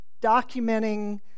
documenting